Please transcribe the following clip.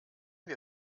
wir